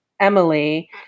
Emily